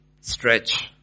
stretch